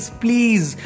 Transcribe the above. please